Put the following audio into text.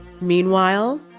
Meanwhile